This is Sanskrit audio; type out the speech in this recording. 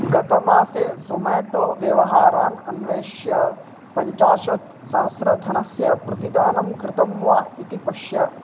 गतमासे झोमेटो व्यवहारान् अन्विष्य पञ्चाशत् सहस्र धनस्य प्रतिदानं कृतं वा इति पश्य